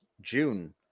June